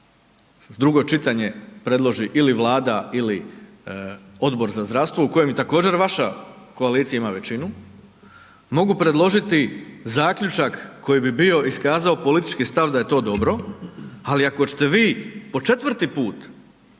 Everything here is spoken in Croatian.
da drugo čitanje predloži ili Vlada Odbor za zdravstvo u kojem također vaša koalicija ima većinu, mogu predložiti zaključak koji bi bio iskazao politički stav da je to dobro ali ako ćete vi po četvrti put